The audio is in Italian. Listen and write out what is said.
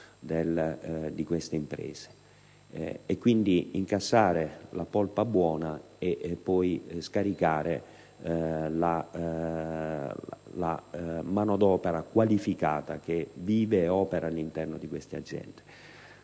quindi ad incassare la polpa buona, scaricando la manodopera qualificata che vive ed opera all'interno di queste aziende.